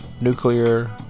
nuclear